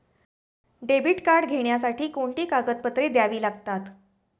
Debit card घेण्यासाठी कोणती कागदपत्रे द्यावी लागतात?